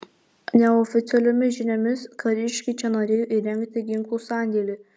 neoficialiomis žiniomis kariškiai čia norėjo įrengti ginklų sandėlį